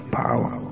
power